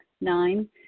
Nine